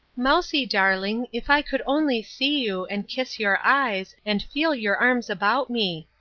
mousie darling, if i could only see you, and kiss your eyes, and feel your arms about me!